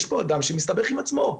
יש פה אדם שמסתבך על עצמו,